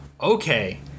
okay